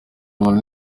umuntu